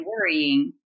worrying